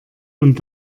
und